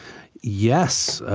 yes,